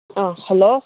hello